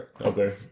Okay